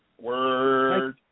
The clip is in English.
Word